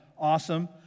awesome